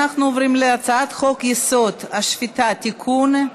אנחנו עוברים להצעת חוק-יסוד: השפיטה (תיקון,